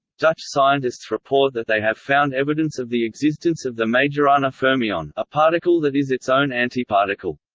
dutch scientists report that they have found evidence of the existence of the majorana fermion, a particle that is its own antiparticle.